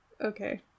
Okay